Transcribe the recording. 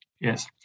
Yes